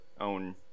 own